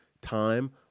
time